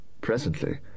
Presently